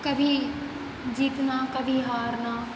कभी जीतना कभी हारना